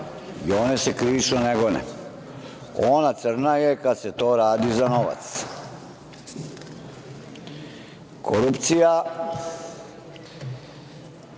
i one se krivično ne gone. Ona crna je kada se to radi za novac. Korupcija